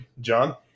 John